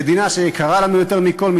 המדינה שיקרה לנו יותר מכול,